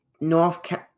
North